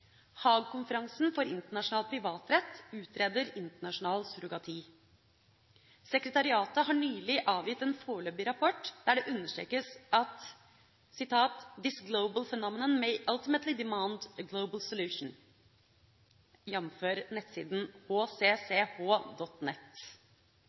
Haag-konferansen for internasjonal privatrett utreder internasjonal surrogati. Sekretariatet har nylig avgitt en foreløpig rapport, der det understrekes at «this global phenomenon may ultimately demand a global solution», jf. nettsiden